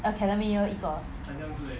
academy year 一个